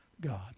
God